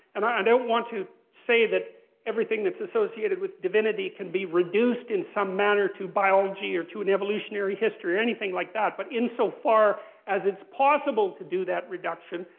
and i don't want to say that everything that's associated with divinity can be reduced in some manner to biology or to an evolutionary history, or anything like that. but insofar as it's possible to do that reduction,